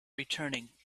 returning